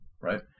right